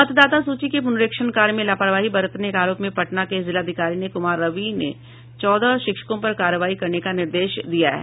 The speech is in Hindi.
मतदाता सूची के पुनरीक्षण कार्य में लापरवाही बरतने के आरोप में पटना के जिलाधिकारी कुमार रवि ने चौदह शिक्षकों पर कार्रवाई करने का निर्देश दिया है